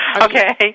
Okay